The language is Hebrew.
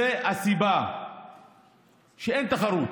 זו הסיבה שאין תחרות,